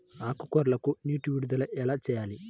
ఆకుకూరలకు నీటి విడుదల ఎలా చేయాలి?